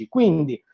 Quindi